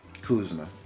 Kuzma